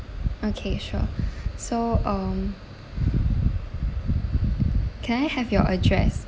okay sure so um can I have your address